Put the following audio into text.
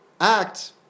act